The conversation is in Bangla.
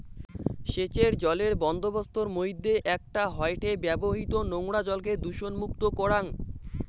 সেচের জলের বন্দোবস্তর মইধ্যে একটা হয়ঠে ব্যবহৃত নোংরা জলকে দূষণমুক্ত করাং